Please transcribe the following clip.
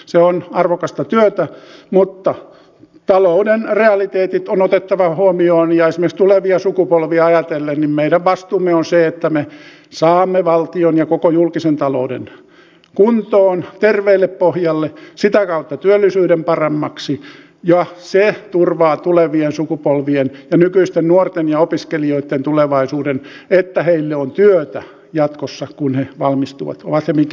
se on arvokasta työtä mutta talouden realiteetit on otettava huomioon ja esimerkiksi tulevia sukupolvia ajatellen meidän vastuumme on se että me saamme valtion ja koko julkisen talouden kuntoon terveelle pohjalle sitä kautta työllisyyden paremmaksi ja se turvaa tulevien sukupolvien ja nykyisten nuorten ja opiskelijoitten tulevaisuuden että heille on työtä jatkossa kun he valmistuvat ovat he minkä ikäisiä tahansa